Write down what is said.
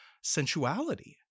sensuality